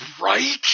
Right